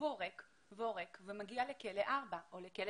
הוא עורק ועורק ומגיע לכלא 4 או לכלא